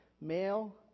Male